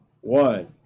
One